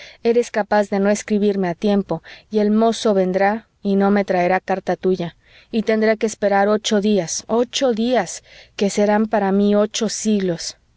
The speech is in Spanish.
eres capaz de no escribirme a tiempo y el mozo vendrá y no me traerá carta tuya y tendré que esperar ocho días ocho días que serán para mí ocho siglos